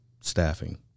staffing